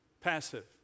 Passive